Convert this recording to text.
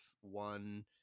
one